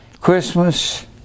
Christmas